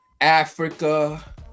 africa